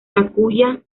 takuya